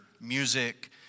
music